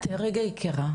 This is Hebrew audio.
רגע יקירה,